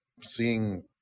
seeing